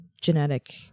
genetic